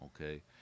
Okay